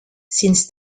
since